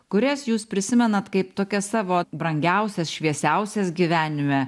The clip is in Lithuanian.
kurias jūs prisimenat kaip tokias savo brangiausias šviesiausias gyvenime